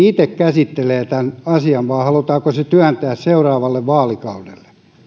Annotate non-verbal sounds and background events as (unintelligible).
(unintelligible) itse käsittelemään tämän asian vai halutaanko se työntää sen seuraavalle vaalikaudelle